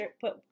put